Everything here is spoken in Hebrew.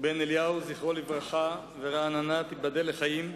בן אליהו, זכרו לברכה, ורעננה, תיבדל לחיים,